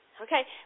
Okay